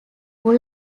full